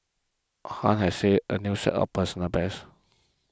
Han has set a new personal best